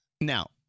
Now